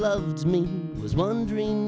loved me was wondering